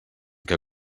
que